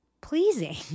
pleasing